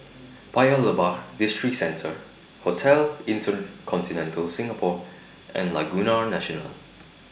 Paya Lebar Districentre Hotel InterContinental Singapore and Laguna National